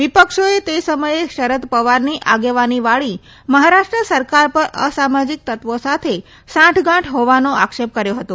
વિપક્ષોએ તે સમયે શરદ પવારની આગેવાનીવાળી મહારાષ્ટ્ર સરકાર પર અસામાજીક તત્વો સાથે સાંઠગાંઠ હોવાનો આક્ષેપ કર્યો હતો